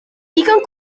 digon